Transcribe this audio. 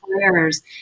employers